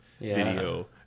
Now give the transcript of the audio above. video